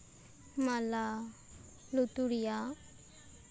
ᱢᱟᱞᱟ ᱞᱩᱛᱩᱨ ᱨᱮᱭᱟᱜ